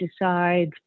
decide